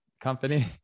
company